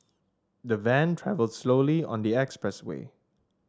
the van travelled slowly on the expressway